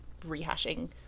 rehashing